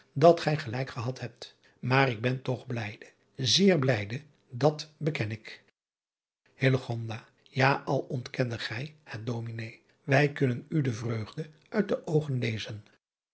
dat gij gelijk gehad hebt maar ik ben toch blijde zeer blijde dat beken ik a al ontkende gij het ominé wij kunnen u de vreugde uit de oogen lezen